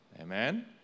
Amen